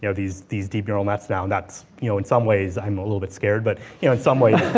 you know these these deep neural nets now, and you know in some ways, i'm a little bit scared, but you know in some ways.